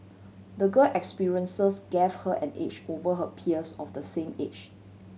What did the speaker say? the girl experiences gave her an edge over her peers of the same age